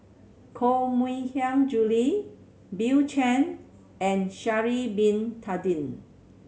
Koh Mui Hiang Julie Bill Chen and Sha'ari Bin Tadin